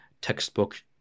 textbook